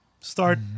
start